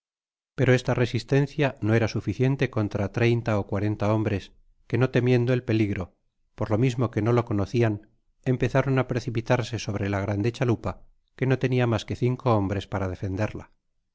pero esta resisteneia no era suficiente contra treinta ó cuarenta hombres que no temiendo el peligro por lo mismo que no lo conocían empezaron á precipitarse sobre la grande chalupa que no tenia mas que cinco hombres para defenderla